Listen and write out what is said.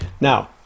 Now